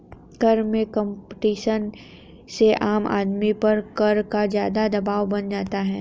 कर में कम्पटीशन से आम आदमी पर कर का ज़्यादा दवाब बन जाता है